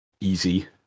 easy